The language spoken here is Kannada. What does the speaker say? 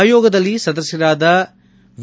ಆಯೋಗದಲ್ಲಿ ಸದಸ್ಯರಾದ ವಿ